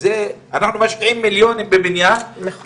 כל גשם קצת חזק, נסגרת קלנסווה.